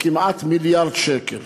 כמעט מיליארד שקל